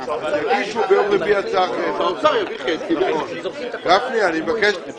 האוצר לא הגיע עם